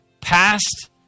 past